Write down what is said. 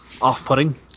off-putting